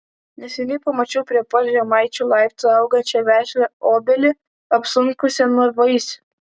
neseniai pamačiau prie pat žemaičių laiptų augančią vešlią obelį apsunkusią nuo vaisių